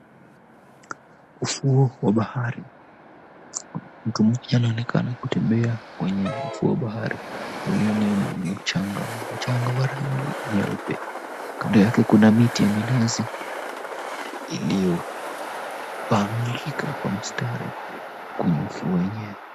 Ufuo wa bahari, mtu mmoja anaonekana kutembea kwenye ufuo wa bahari ulio na mchanga wa rangi nyeupe. Kando yake kuna miti ya minazi iliyopangika kwa mistari kwenye ufuo wenyewe.